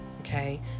okay